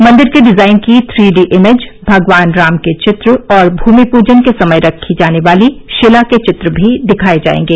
मंदिर के डिजाइन की थ्री डी इमेज भगवान राम के चित्र और भूमि पूजन के समय रखी जाने वाली शिला के चित्र भी दिखाए जाएंगे